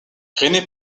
rené